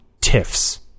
tiffs